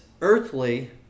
earthly